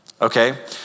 okay